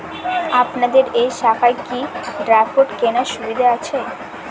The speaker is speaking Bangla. আপনাদের এই শাখায় কি ড্রাফট কেনার সুবিধা আছে?